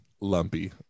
Lumpy